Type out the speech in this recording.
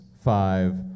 five